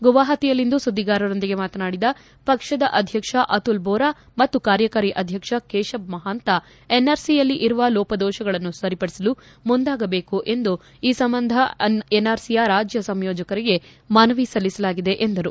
ಗುವಹಾತಿಯಲ್ಲಿಂದು ಸುದ್ದಿಗಾರರೊಂದಿಗೆ ಮಾತನಾಡಿದ ಪಕ್ಷದ ಅಧ್ಯಕ್ಷ ಅತುಲ್ ಬೋರಾ ಮತ್ತು ಕಾರ್ಯಕಾರಿ ಅಧ್ಯಕ್ಷ ಕೇಶಬ್ ಮಹಾಂತ ಎನ್ಆರ್ಸಿಯಲ್ಲಿ ಇರುವ ಲೋಪದೋಪಗಳನ್ನು ಸರಿಪಡಿಸಲು ಮುಂದಾಗಬೇಕು ಎಂದು ಈ ಸಂಬಂಧ ಎನ್ಆರ್ಸಿಯ ರಾಜ್ಯ ಸಂಯೋಜಕರಿಗೆ ಮನವಿ ಸಲ್ಲಿಸಲಾಗಿದೆ ಎಂದರು